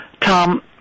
Tom